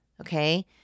Okay